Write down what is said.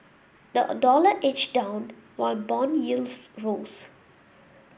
the a dollar edged down while bond yields rose